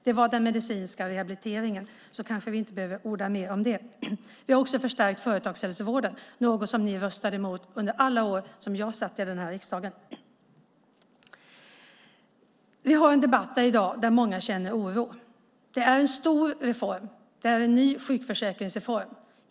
Det var den medicinska rehabiliteringen, och då kanske vi inte behöver orda mer om det. Vi har också förstärkt företagshälsovården. Det var något som ni röstade emot under alla år som jag satt i den här riksdagen. Det förs i dag en debatt, och många känner oro. Det är en stor reform. Det är en ny sjukförsäkringsreform.